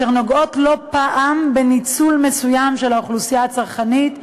אשר נוגעות לא פעם בניצול מסוים של האוכלוסייה הצרכנית,